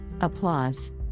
Applause